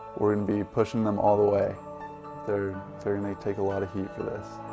will and be pushing them all the way they're. they're gonna take a lot of heat for this.